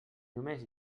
només